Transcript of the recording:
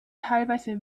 teilweise